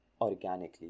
organically